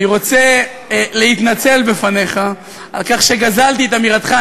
אני רוצה להתנצל בפניך על כך שגזלתי את אמירתך.